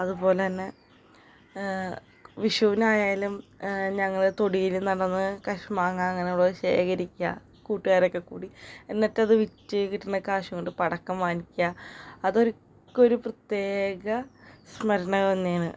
അതുപോലെ തന്നെ വിഷുവിനായാലും ഞങ്ങൾ തൊടിയിൽ നടന്ന് കശുമാങ്ങ അങ്ങനെ ഉള്ളത് ശേഖരിക്കുക കൂട്ടുകാരൊക്കെ കൂടി എന്നിട്ട് അത് വിറ്റ് കിട്ടുന്ന കാശു കൊണ്ട് പടക്കം വാങ്ങിക്കുക അതൊക്കെ ഒരു പ്രത്യേക സ്മരണകൾ തന്നെയാണ്